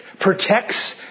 protects